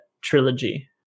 trilogy